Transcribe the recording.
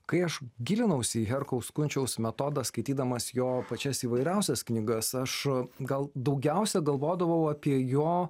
kai aš gilinausi į herkaus kunčiaus metodą skaitydamas jo pačias įvairiausias knygas aš gal daugiausia galvodavau apie jo